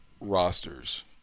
rosters